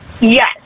Yes